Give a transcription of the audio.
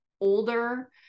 older